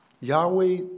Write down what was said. Yahweh